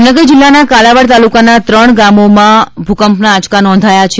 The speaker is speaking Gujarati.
જામનગર જિલ્લાના કાલાવાડ તાલુકાના ત્રણ ગામોમાં ગઇકાલે ભૂકંપના આંચકા નોંધાયા છે